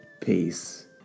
Peace